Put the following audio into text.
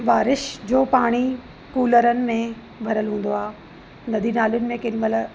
बारिश जो पाणी कूलरनि में भरियल हूंदो आहे नदी नालियुनि में कंहिंमहिल